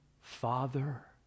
Father